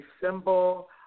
symbol